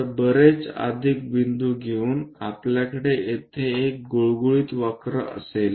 तर बरेच अधिक बिंदूं घेऊन आपल्याकडे तेथे एक गुळगुळीत वक्र असेल